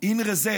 in reserve,